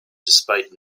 despite